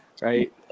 Right